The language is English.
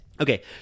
Okay